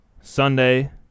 Sunday